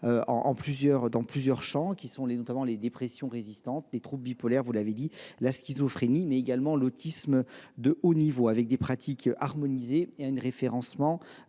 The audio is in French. dans plusieurs champs, notamment les dépressions résistantes, les troubles bipolaires, la schizophrénie et l’autisme de haut niveau, avec des pratiques harmonisées et un référencement